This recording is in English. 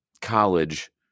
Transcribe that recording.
college